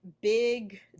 big